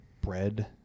bread